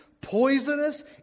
poisonous